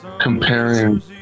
comparing